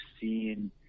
seen